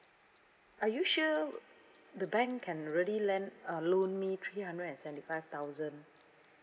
are you sure the bank can really lend uh loan me three hundred and seventy five thousand